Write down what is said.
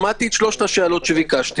שמעתי את שלוש השאלות שביקשתם.